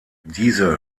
diese